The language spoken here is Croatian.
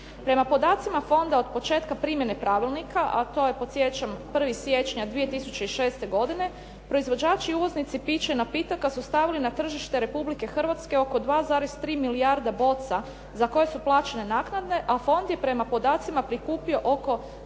Prema podacima fonda od početka primjene Pravilnika, a to je podsjećam 1. siječnja 2006. godine, proizvođači i uvoznici pića i napitaka su stavili na tržište Republike Hrvatske oko 2,3 milijarde boca za koje su plaćene naknade, a fond je prema podacima prikupio oko 2,953 milijarde